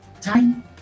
time